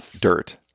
dirt